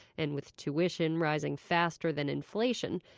and with tuition rising faster than inflation,